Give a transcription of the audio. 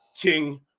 King